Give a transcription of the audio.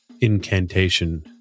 incantation